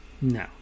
no